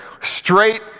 straight